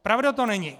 Pravda to není!